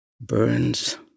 Burns